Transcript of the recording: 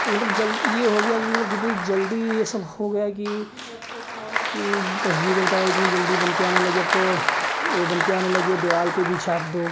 मतलब जल यह हो गया कि मतलब कितनी जल्दी यह सब हो गया कि कि तस्वीरें बताओ इतनी जल्दी बनकर आने लगीं अब तो कि वह बनकर आने लगीं दीवार पर भी छाप दो